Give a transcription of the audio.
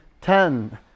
ten